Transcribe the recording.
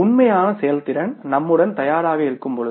உண்மையான செயல்திறன் நம்முடன் தயாராக இருக்கும்போது